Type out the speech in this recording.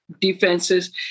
defenses